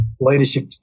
leadership